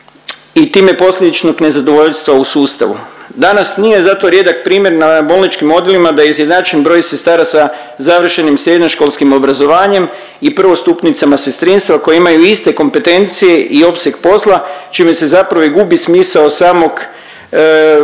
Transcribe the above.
i time posljedično nezadovoljstva u sustavu. Danas nije zato rijedak primjer na bolničkim odjelima da je izjednačen broj sestara sa završenim srednjoškolskim obrazovanjem i prvostupnicama sestrinstva koje imaju iste kompetencije i opseg posla čime se zapravo i gubi smisao samog